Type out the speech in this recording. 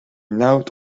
node